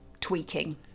tweaking